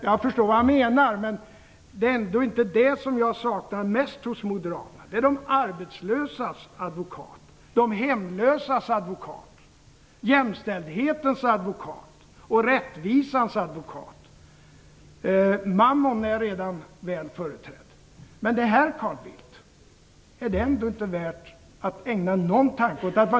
Jag förstår vad han menar, men det är ändå inte det som jag saknar mest hos dem, utan det är de arbetslösas advokat, de hemlösas advokat, jämställdhetens advokat och rättvisans advokat. Mammon är redan väl företrädd. Men, Carl Bildt, är detta inte värt att ägna någon tanke åt?